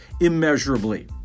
immeasurably